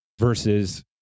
Versus